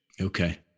Okay